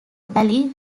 valley